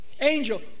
angel